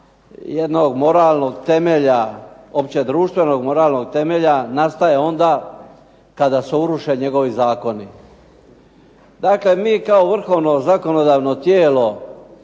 jednog moralnog temelja, općedruštvenog moralnog temelja nastaje onda kada se uruše njegovi zakoni. Dakle, mi kao vrhovno zakonodavno tijelo